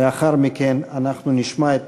לאחר מכן נשמע את